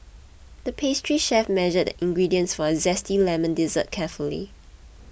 the pastry chef measured the ingredients for a Zesty Lemon Dessert carefully